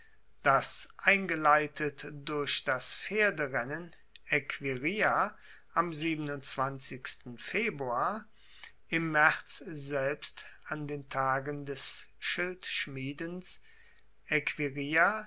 das eingeleitet durch das pferderennen equirria am februar im maerz selbst an den tagen des schildschmiedens